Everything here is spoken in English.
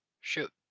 Shoot